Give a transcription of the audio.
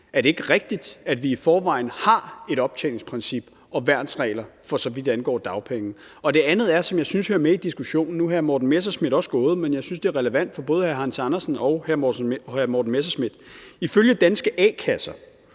gerne bekræfte – at vi i forvejen har et optjeningsprincip og værnsregler for så vidt angår dagpenge. Er det ikke rigtigt? Noget andet, som jeg synes hører med i diskussionen – nu er hr. Morten Messerschmidt gået, men jeg synes, det er relevant både for hr. Hans Andersen og hr. Morten Messerschmidt – er,